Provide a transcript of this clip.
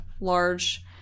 large